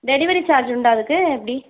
delivery charge உண்டா அதுக்கு எப்படி